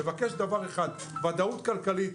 מבקש דבר אחד ודאות כלכלית.